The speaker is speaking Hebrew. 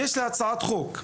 יש לי הצעת חוק: